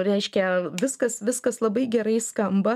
reiškia viskas viskas labai gerai skamba